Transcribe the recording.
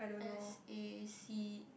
s_a_c